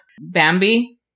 Bambi